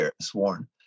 sworn